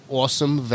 awesome